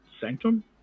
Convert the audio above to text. sanctum